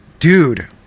dude